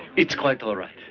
it's quite all right.